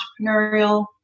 entrepreneurial